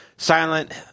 Silent